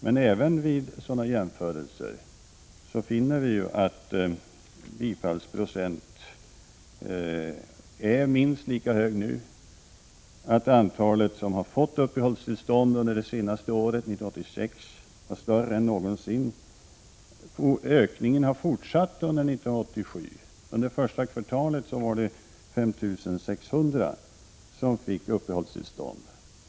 Men även vid sådana jämförelser finner vi att andelen bifallna ansökningar är minst lika hög nu. Antalet personer som fått uppehållstillstånd under 1986 är högre än någonsin. Ökningen har fortsatt under 1987. Under det första kvartalet var det 5 600 personer som fick uppehållstillstånd.